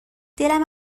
دلم